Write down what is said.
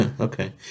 Okay